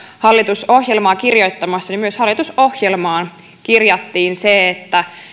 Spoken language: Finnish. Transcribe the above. hallitusohjelmaa kirjoittamassa myös hallitusohjelmaan kirjattiin se että